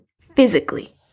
physically